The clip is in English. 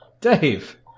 Dave